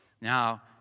Now